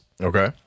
Okay